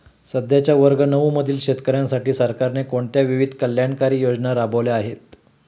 सध्याच्या वर्ग नऊ मधील शेतकऱ्यांसाठी सरकारने कोणत्या विविध कल्याणकारी योजना राबवल्या आहेत?